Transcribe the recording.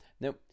now